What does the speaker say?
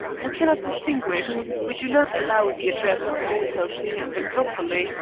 we cannot distinguish. we do not allow the address of the hotel to be used improperly,